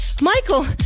Michael